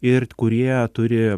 ir kurie turi